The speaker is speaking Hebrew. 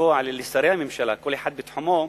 לקבוע לשרי הממשלה, כל אחד בתחומו,